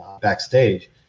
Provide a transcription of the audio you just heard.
backstage